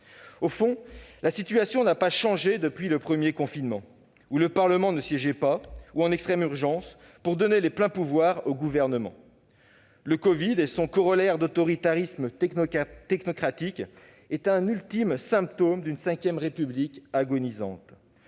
Au fond, la situation n'a pas changé depuis le premier confinement, où le Parlement ne siégeait pas, ou uniquement en extrême urgence pour donner les pleins pouvoirs au Gouvernement. Le covid et son corollaire d'autoritarisme technocratique sont un ultime symptôme d'une V République agonisante.